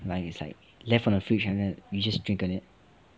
it's like left on the fridge then after that you just drink like that